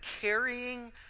carrying